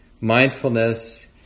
mindfulness